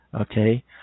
Okay